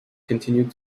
continued